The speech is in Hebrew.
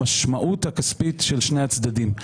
המשמעות הכספית של שני הצדדים,